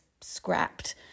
scrapped